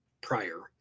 prior